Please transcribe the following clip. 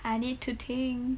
I need to think